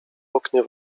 oknie